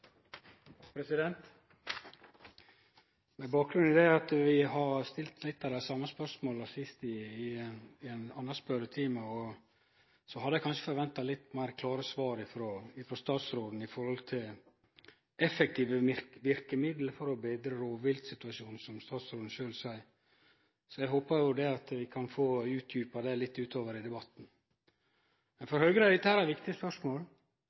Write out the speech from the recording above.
Med bakgrunn i at vi har stilt litt av dei same spørsmåla tidlegare, i ein annan spørjetime, hadde eg kanskje forventa litt meir klare svar frå statsråden med omsyn til effektive verkemiddel for å betre rovviltsituasjonen, som statsråden sjølv seier. Så eg håper jo vi kan få utdjupa dette litt utover i debatten. For Høgre er dette viktige spørsmål.